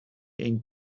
ein